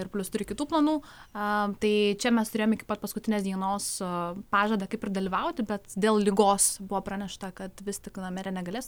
ir plius turi kitų planų a tai čia mes turėjom iki pat paskutinės dienos pažadą kaip ir dalyvauti bet dėl ligos buvo pranešta kad vis tik na merė negalės